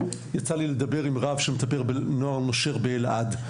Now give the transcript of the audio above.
יצא לי לדבר עם רב שמטפל בנוער נושר באלעד.